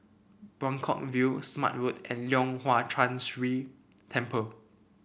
Buangkok View Smart Road and Leong Hwa Chan Si Temple